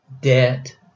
debt